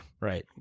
right